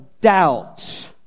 doubt